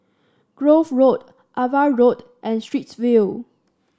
Grove Road Ava Road and Straits View